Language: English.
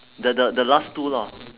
the the the last two lah